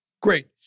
Great